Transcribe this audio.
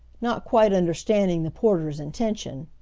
not quite understanding the porter's intention.